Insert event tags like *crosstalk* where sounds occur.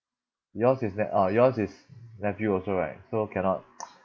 yours is ne~ orh yours is nephew also right so cannot *noise*